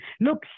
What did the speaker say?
Look